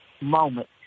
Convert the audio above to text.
moment